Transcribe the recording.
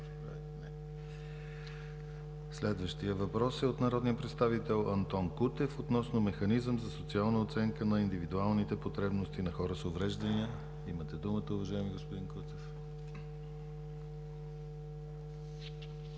Следващият въпрос е от народния представител Антон Кутев относно механизъм за социална оценка на индивидуалните потребности на хора с увреждания. Имате думата, уважаеми господин Кутев.